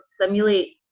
simulate